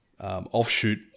offshoot